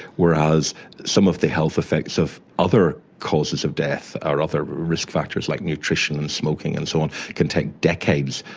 whereas some of the health effects of other causes of death or other risk factors like nutrition, and smoking and so on can take decades.